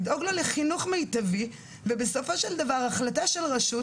לדאוג לו לחינוך מיטבי ובסופו של דבר החלטה של רשות